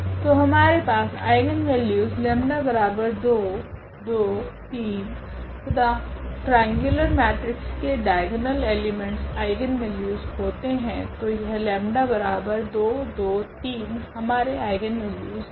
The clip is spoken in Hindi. तो हमारे पास आइगनवेल्यूस 𝜆2 2 3 है तथा ट्रांगुलर मेट्रिक्स के डाइगोनल एलिमेंट्स आइगनवेल्यूस होते है तो यह 𝜆223 हमारे आइगनवेल्यूस है